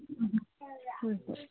ꯎꯝ ꯍꯣꯏ ꯍꯣꯏ